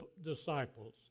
disciples